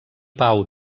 pau